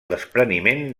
despreniment